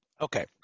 Okay